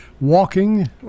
walking